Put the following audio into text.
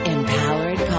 Empowered